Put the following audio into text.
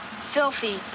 Filthy